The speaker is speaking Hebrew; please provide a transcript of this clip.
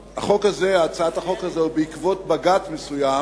הצעת החוק הזאת היא בעקבות בג"ץ מסוים,